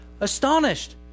Astonished